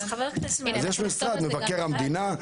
אז יש משרד מבקר המדינה,